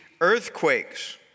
earthquakes